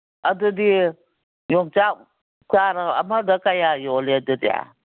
ꯑꯗꯨꯗꯤ ꯌꯣꯡꯆꯥꯛ ꯆꯥꯔ ꯑꯃꯗ ꯀꯌꯥ ꯌꯣꯜꯂꯤ ꯑꯗꯨꯗꯤ